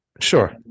Sure